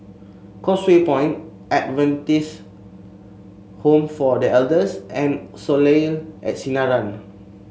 Causeway Point Adventist Home for The Elders and Soleil at Sinaran